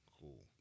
Cool